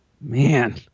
Man